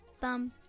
bum